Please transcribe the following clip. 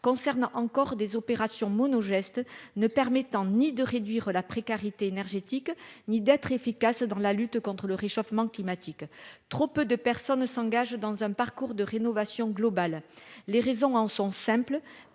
concernant encore des opérations mono ne permettant ni de réduire la précarité énergétique, ni d'être efficace dans la lutte contre le réchauffement climatique, trop peu de personnes s'engage dans un parcours de rénovation globale les raisons en sont simples